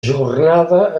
jornada